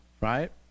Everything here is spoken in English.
Right